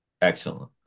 Excellent